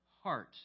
heart